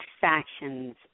Factions